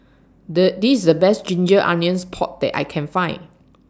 The This IS The Best Ginger Onions Pork that I Can Find